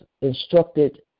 instructed